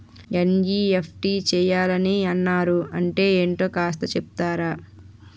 NEFT చేయాలని అన్నారు అంటే ఏంటో కాస్త చెపుతారా?